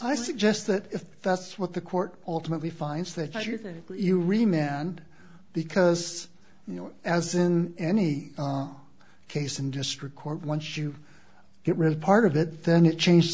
i suggest that if that's what the court ultimately finds that you're you re man because you know as in any case in district court once you get rid of part of it then it change